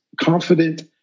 confident